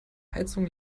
heizung